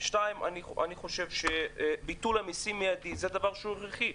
שנית, ביטול מיסים מיידי זה דבר הכרחי.